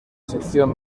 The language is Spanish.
sección